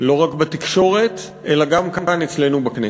לא רק בתקשורת אלא גם כאן אצלנו בכנסת.